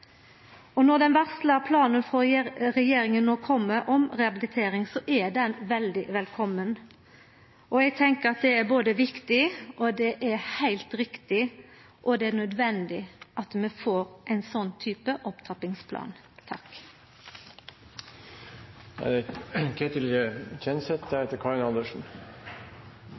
Når den varsla planen om rehabilitering no kjem frå regjeringa, er han veldig velkomen. Eg tenkjer at det er både viktig, heilt riktig og nødvendig at vi får ein sånn type opptrappingsplan.